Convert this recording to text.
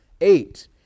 eight